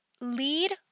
lead